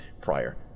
prior